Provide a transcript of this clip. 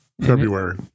February